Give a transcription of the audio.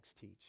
teach